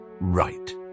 Right